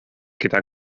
gyda